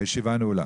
ישיבה זו נעולה.